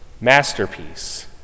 masterpiece